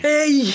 Hey